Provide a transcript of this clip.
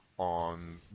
on